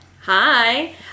Hi